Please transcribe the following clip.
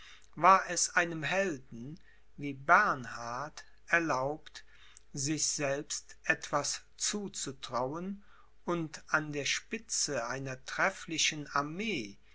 war es einem helden wie bernhard erlaubt sich selbst etwas zuzutrauen und an der spitze einer trefflichen armee